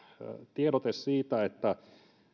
tiedote siitä että